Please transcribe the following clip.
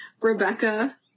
Rebecca